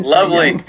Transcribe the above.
Lovely